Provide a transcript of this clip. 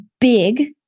big